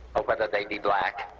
or whether they be black.